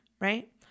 right